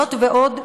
זאת ועוד,